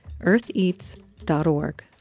eartheats.org